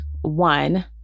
one